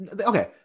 Okay